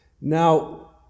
Now